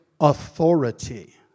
authority